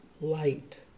light